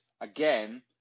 again